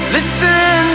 Listen